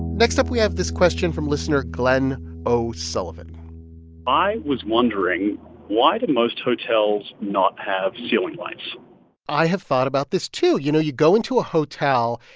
next up, we have this question from listener glen o'sullivan i was wondering why do most hotels not have ceiling lights i have thought about this too. you know, you go into a hotel,